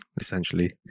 essentially